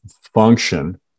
function